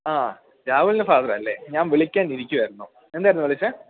ആ രാഹുലിൻ്റെ ഫാദറാണല്ലേ ഞാൻ വിളിക്കാനിരിക്കുകയായിരുന്നു എന്തായിരുന്നു വിളിച്ചത്